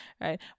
right